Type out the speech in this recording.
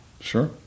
Sure